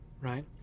right